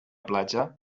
platja